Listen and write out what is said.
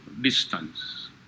distance